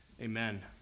Amen